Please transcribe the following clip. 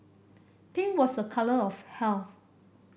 pink was a colour of health